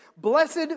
Blessed